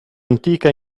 antica